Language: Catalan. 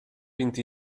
vint